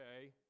Okay